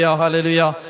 hallelujah